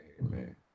man